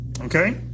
okay